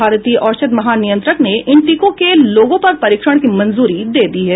भारतीय औषध महानियंत्रक ने इन टीकों के लोगों पर परीक्षण की मंजूरी दे दी है